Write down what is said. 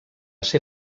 ser